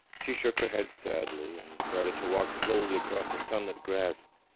she shook her head sadly and started to walk slowly across the sunlit grass.